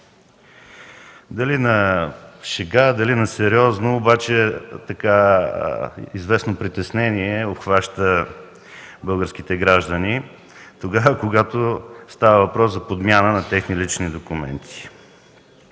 Дали на шега, дали на сериозно обаче известно притеснение обхваща българските граждани, когато става въпрос за подмяна на техни лични документи.